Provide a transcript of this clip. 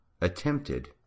attempted